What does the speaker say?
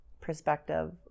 perspective